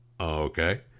Okay